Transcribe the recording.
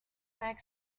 snag